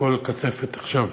הכול קצפת עכשיו.